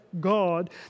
God